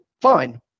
fine